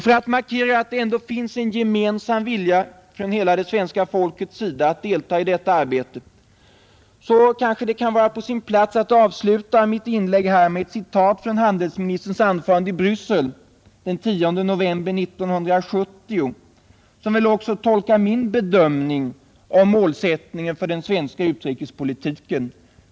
För att markera att det ändå finns en gemensam vilja från hela det svenska folkets sida att delta i detta arbete vill jag avsluta mitt inlägg med ett citat från handelsministerns anförande i Bryssel den 10 november 1970 som väl tolkar också min bedömning av målsättningen för den svenska utrikespolitiken.